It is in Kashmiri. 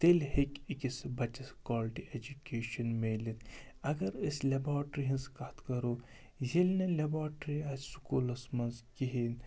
تیٚلہِ ہیٚکہِ أکِس بَچَس کالٹی اٮ۪جوکیشَن میلِتھ اگر أسۍ لیبارٹری ہٕنٛز کَتھ کَرو ییٚلہِ نہٕ لیبارٹرٛی آسہِ سکوٗلَس منٛز کِہیٖنۍ